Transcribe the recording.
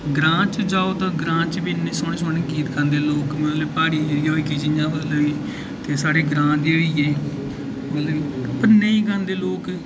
ग्रांऽ च जाओ तां ग्रांऽ च बी इ'न्ने सोह्ने सोह्ने गीत गांदे लोग मतलब प्हाड़ी एरिया होइया जि'यां की ते साढ़े ग्रांऽ दे मतलब नेईं गांदे लोक